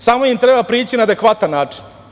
Samo im treba prići na adekvatan način.